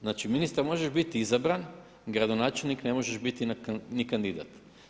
Znači ministar možeš biti izabran, gradonačelnik ne možeš biti ni kandidat.